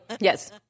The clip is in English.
yes